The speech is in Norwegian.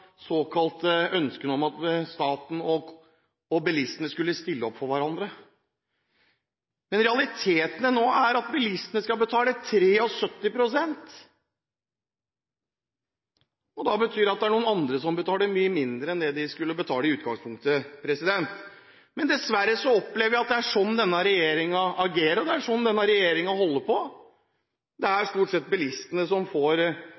såkalte ønskene om at staten og bilistene skulle stille opp for hverandre. Men realiteten nå er at bilistene skal betale 73 pst., og da betyr det at det er noen andre som betaler mye mindre enn det de skulle betalt i utgangspunktet. Dessverre opplever jeg at det er sånn denne regjeringen agerer, og det er sånn denne regjeringen holder på. Det er stort sett bilistene som får